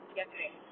yesterday